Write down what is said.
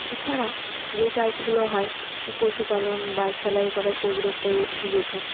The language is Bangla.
এছাড়া যেই চাষগুলো হয় যে পশুপালন বা সেলাই করা যেইগুলোতে দিয়েছে